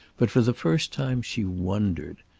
but for the first time she wondered.